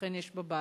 שאכן יש בבית,